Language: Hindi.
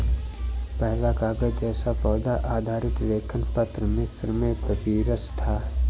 पहला कागज़ जैसा पौधा आधारित लेखन पत्र मिस्र में पपीरस था